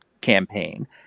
campaign